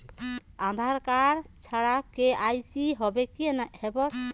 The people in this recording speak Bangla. আধার কার্ড ছাড়া কে.ওয়াই.সি হবে কিনা?